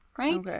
Right